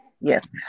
Yes